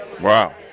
Wow